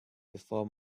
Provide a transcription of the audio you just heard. before